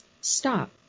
Stop